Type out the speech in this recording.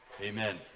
Amen